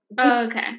Okay